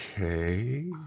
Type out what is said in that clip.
Okay